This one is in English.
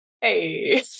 Hey